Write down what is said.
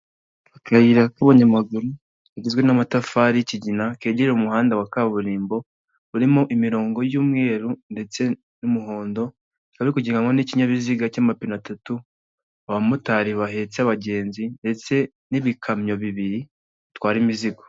Akarayira k'abanyamaguru, kagizwe n'amatafari y'ikigina kegere umuhanda wa kaburimbo, urimo imirongo y'umweru ndetse n'umuhondo ukaba uri kugendwamo n'ikinyabiziga cy'amapine atatu, abamotari bahetse abagenzi, ndetse n'ibikamyo bibiri bitwara imizigo.